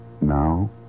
Now